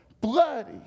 Bloody